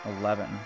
Eleven